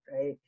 right